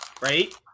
right